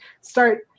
start